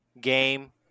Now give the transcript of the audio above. game